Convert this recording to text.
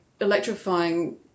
electrifying